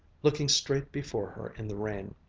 looking straight before her in the rain.